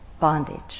bondage